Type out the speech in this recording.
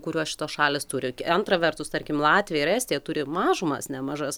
kuriuos šitos šalys turi antra vertus tarkim latvija ir estija turi mažumas nemažas